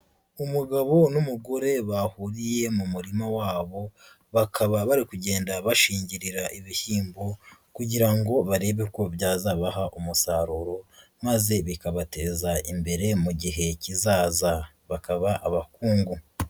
Umugabo n'umugore bahuriye mu murima wabo, bakaba bari kugenda bashingirira ibishyimbo kugira ngo barebe ko byazabaha umusaruro maze bikabateza imbere mu gihe kizaza bakaba abakungu.